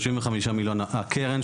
35 מיליון הקרן,